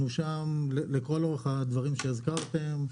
אנחנו שם לאורך כל הדברים שהזכרתם,